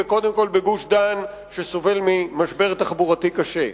וקודם כול בגוש-דן שסובל ממשבר תחבורתי קשה.